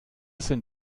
sind